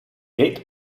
gate